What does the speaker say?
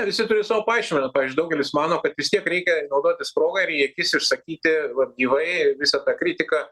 visi turi savo paaiškinimą pavyzdžiui daugelis mano kad vis tiek reikia naudotis proga ir į akis išsakyti vat gyvai visą tą kritiką